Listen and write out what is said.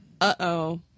Uh-oh